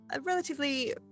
relatively